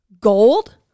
gold